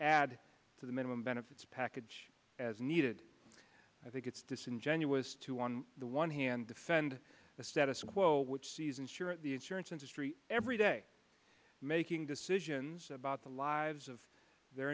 add to the minimum benefits package as needed i think it's disingenuous to on the one hand defend the status quo which season sure the insurance industry every day making decisions about the lives of their